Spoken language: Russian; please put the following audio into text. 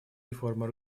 реформой